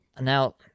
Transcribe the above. Now